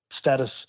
status